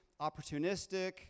opportunistic